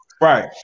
Right